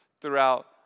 throughout